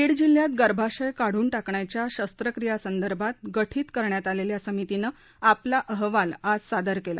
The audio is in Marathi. बीड जिल्ह्यात गर्भाशय काढून टाकण्याच्या शस्त्रक्रियां संदर्भात गठीत करण्यात आलेल्या समितीनं आपला अहवाल आज सादर केला